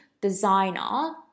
designer